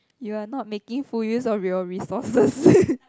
you are not making full use of your resources